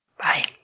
Bye